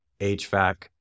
HVAC